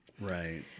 Right